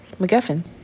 McGuffin